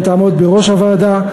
שגם תעמוד בראש הוועדה,